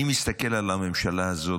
אני מסתכל על הממשלה הזאת,